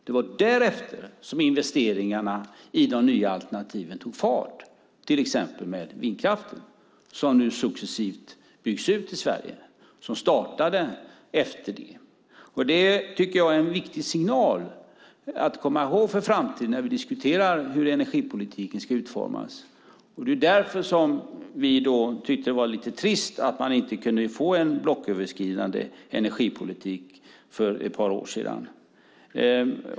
Det var därefter som investeringarna i de nya alternativen tog fart, till exempel med vindkraften som nu successivt byggs ut i Sverige. Den startade efter det. Det är en viktig signal att komma ihåg för framtiden när vi diskuterar hur energipolitiken ska utformas. Det är därför som jag tyckte att det var lite trist att man inte kunde få en blocköverskridande energipolitik för ett par år sedan.